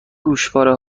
گوشواره